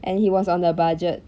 and he was on the budget